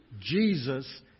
Jesus